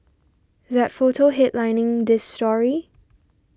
that photo headlining this story